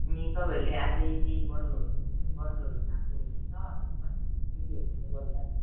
अनि तपाईँहरूले अझै केही गर्नु गर्नुहरू भएको हुन्छ अहिलेसम्म के केहरू गर्नु भएको छ